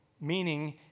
meaning